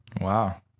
Wow